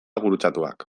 gurutzatuak